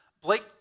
Blake